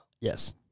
Yes